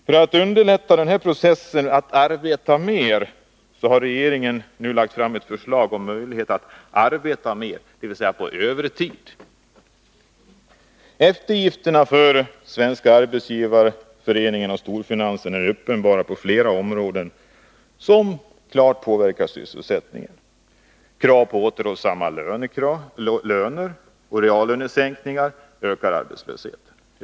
För att underlätta processen att förmå somliga att arbeta mer har regeringen nu lagt fram ett förslag om möjlighet att arbeta mer, dvs. på övertid. Eftergifterna för Svenska arbetsgivareföreningen och storfinansen är uppenbara på flera områden som klart påverkar sysselsättningen. Krav på återhållsamma löner och reallönesänkningar ökar arbetslösheten.